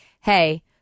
hey